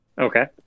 Okay